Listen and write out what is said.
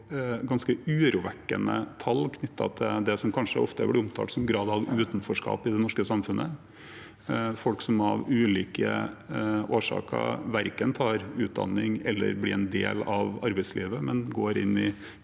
ganske urovekkende tall knyttet til det som ofte blir omtalt som grad av utenforskap i det norske samfunnet – folk som av ulike årsaker verken tar utdanning eller blir en del av arbeidslivet, men går inn i